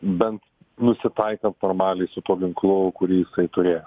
bent nusitaikat normaliai su tuo ginklu kurį jisai turėjo